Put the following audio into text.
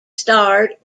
starred